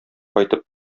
кайтып